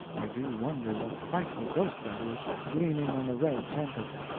i do wonder what frightful ghost that is, gleaming on the red tempest?